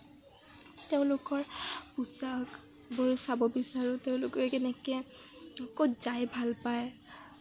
তেওঁলোকৰ পোচাকবোৰ চাব বিচাৰোঁ তেওঁলোকে কেনেকে ক'ত যায় ভাল পায়